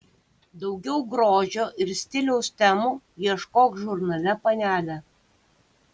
daugiau grožio ir stiliaus temų ieškok žurnale panelė